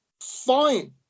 fine